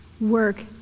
work